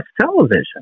television